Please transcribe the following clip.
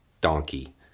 donkey